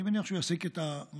ואני מניח שהוא יסיק את המסקנות.